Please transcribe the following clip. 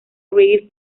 reggae